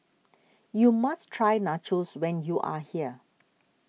you must try Nachos when you are here